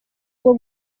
bwo